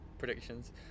predictions